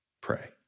pray